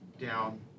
down